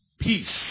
Peace